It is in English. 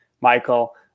Michael